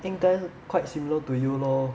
应该 quite similar to you lor